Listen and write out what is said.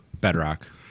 Bedrock